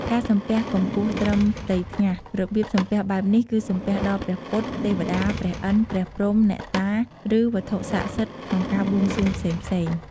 ការសំពះកម្ពស់ត្រឹមផ្ទៃថ្ងាស របៀបសំពះបែបនេះ គឺសំពះដល់ព្រះពុទ្ធ ទេវតា ព្រះឥន្ទ ព្រះព្រហ្ម អ្នកតា ឬ វត្ថុស័ក្តសិទ្ធិក្នុងការបួងសួងផ្សេងៗ។